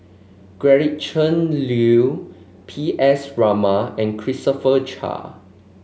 Gretchen Liu P S Raman and Christopher Chia